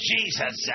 Jesus